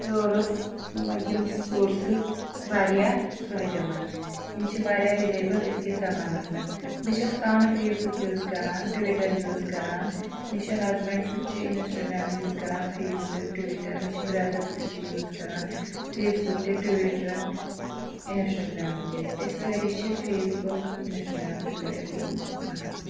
source یِم sources واریاہ فٲیدٕ منٛد یِم چھِ واریاہ رِلیبٕل أزکِس زمانس منٛز بہٕ چھس پانہٕ فیس بُک یوٗز کران ٹُویٖٹر یوٗز کران مےٚ چھُ ہسبٮ۪نٛڈ سُہ تہِ چھُ انسٹاگرام یوٗز کران فیس بُک ٹُویٖٹر مےٚ چھُ برٛیدر سُہ تہِ چھِ یوٗز کران فیس بُک تہِ ٹُویٖٹر انسٹاگرام تہِ أسۍ سٲری چھِ Facebook Instagram Twitter use کران